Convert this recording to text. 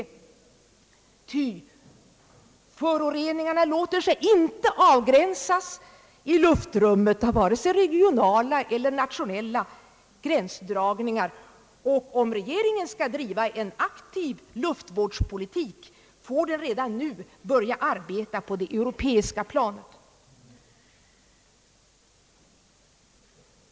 Ty luftföroreningarna låter sig inte avgränsas i luftrummet av vare sig regionala eller nationella gränsdragningar; och skall regeringen driva en aktiv luftvårdspolitik får den redan nu börja arbeta på det europeiska planet.